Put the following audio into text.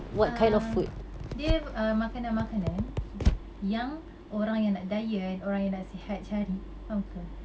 uh dia uh makanan-makanan yang orang yang nak diet orang yang nak sihat cari faham ke